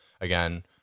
Again